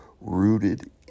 rooted